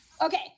Okay